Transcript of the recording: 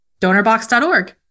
DonorBox.org